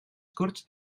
corts